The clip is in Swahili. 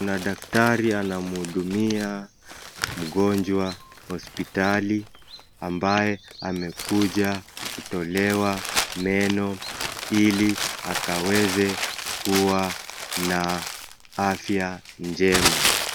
Kuna daktari anamhudumia mgonjwa hospitali ambaye amekuja kutolewa meno ili akaweze kuwa na afya njema.